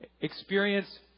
experience